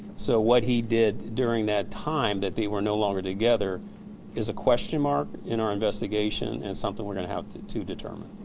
so, what he did during that time that they were no longer together is a question mark and our investigation and something we're going to have to to determine.